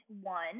one